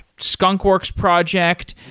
skunk works project.